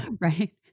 Right